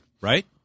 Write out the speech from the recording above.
Right